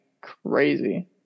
crazy